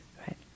right